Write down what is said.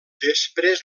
després